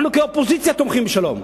אנחנו כאופוזיציה תומכים בשלום.